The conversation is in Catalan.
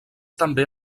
també